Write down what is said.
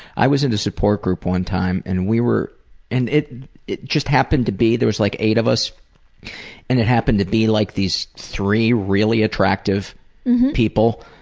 i was in a support group one time, and we were and it it just happened to be there was like eight of us and it happened to be like these three really attractive people.